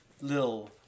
Little